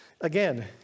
Again